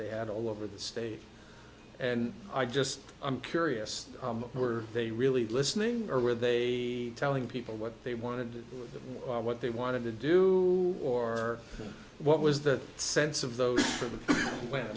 they had all over the state and i just i'm curious were they really listening or were they telling people what they wanted what they wanted to do or what was the sense of those